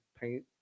paint